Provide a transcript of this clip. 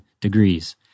degrees